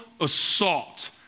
assault